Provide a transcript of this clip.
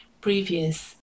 previous